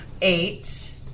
eight